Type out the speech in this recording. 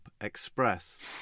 Express